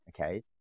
Okay